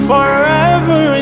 Forever